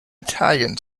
italian